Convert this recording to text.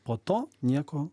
po to nieko